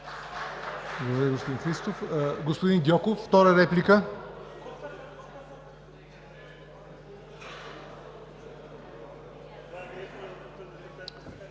Благодаря